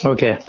Okay